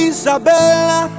Isabella